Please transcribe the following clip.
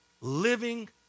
living